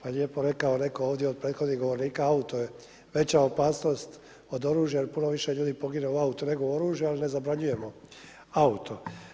Lijepo rekao netko ovdje od prethodnih govornika auto je veća opasnost od oružja jer puno više ljudi pogine u autu nego od oružja, ali ne zabranjujemo auto.